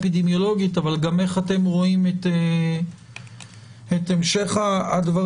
האפידמיולוגית אבל גם איך אתם רואים את המשך הדברים,